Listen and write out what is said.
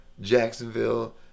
Jacksonville